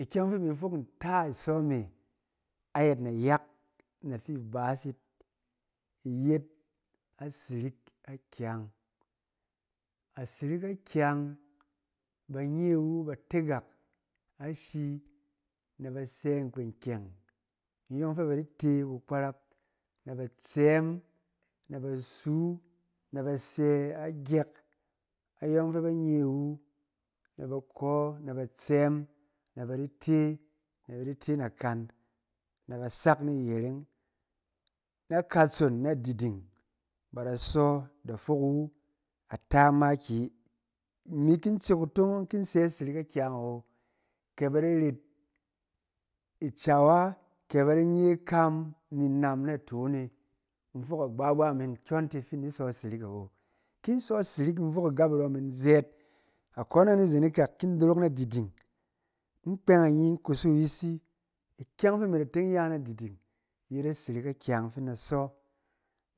Ikyɛng fi imi fok nta isɔ me ayɛt nayak nafi ibaas yit yet asirik akyang. Asirik akyang ba nye wu ba te gak ashi na ba tsɛm nkpwen kyɛng nyɔng fɛ ba di te kukparap, na ba tsɛm na ba suu, na ba se agak ayɔng fɛ ba nye wu, na ba kɔ na ba tsɛm na ba di te, na ba di te nanang, na ba sak ni yereng. Na katsong na diding, ba da sɔ, da fok wu, a ta makiyi. Imi ki in tse kutomong ki in sɛ asirik akyang awo, kɛ ba di ret acawa, kɛ ba di nye ikap ni nam naton e, in fok agbagba min kyɔng tɛ fin in sɔ asirik awo. Ki in sɔ sirik in fok agap irɔm'in zɛɛt. Akone yɔng ni zen ikak, kin in dorok nadiding, in kpɛng, in kusu yisi, ikyɛng fi imi da teng in ya na diding yet asirik akyang fin in da sɔ.